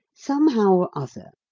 somehow or other,